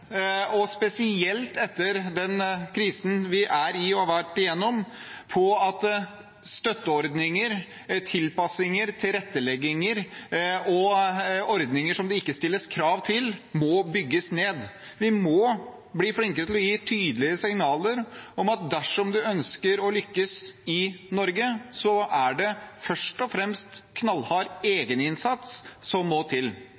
støtteordninger, tilpassinger, tilrettelegging og ordninger det ikke stilles krav til, må bygges ned. Vi må bli flinkere til å gi tydelige signaler om at dersom man ønsker å lykkes i Norge, er det først og fremst knallhard egeninnsats som må til.